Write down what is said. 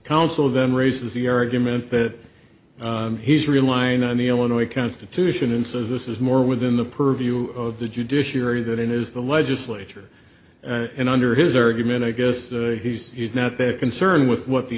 counsel them raises the argument that he's relying on the illinois constitution and says this is more within the purview of the judiciary that is the legislature and under his argument i guess he's he's not there concern with what the